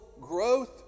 growth